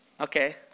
Okay